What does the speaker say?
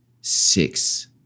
six